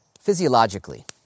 Physiologically